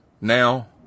now